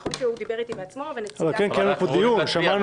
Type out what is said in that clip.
נכון שהוא דיבר איתי בעצמו ונציגת --- למה?